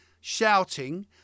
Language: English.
shouting